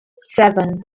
seven